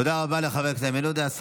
תודה לחבר הכנסת איימן עודה.